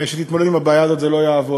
שתתמודד עם הבעיה הזאת זה לא יעבוד.